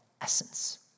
essence